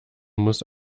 muss